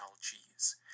cheese